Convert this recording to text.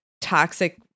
toxic